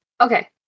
okay